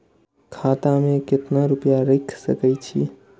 खाता में केतना रूपया रैख सके छी?